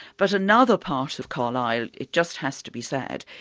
but another part of carlyle, it just has to be said,